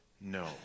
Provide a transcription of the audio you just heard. no